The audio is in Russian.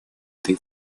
этой